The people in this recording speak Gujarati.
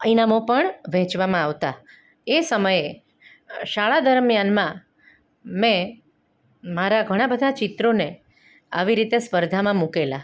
ઇનામો પણ વહેંચવામાં આવતા એ સમયે શાળા દરમિયાનમાં મેં મારા ઘણા બધા ચિત્રોને આવી રીતે સ્પર્ધામાં મુકેલા